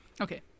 Okay